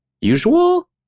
usual